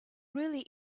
really